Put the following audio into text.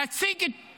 להציג את